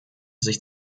sich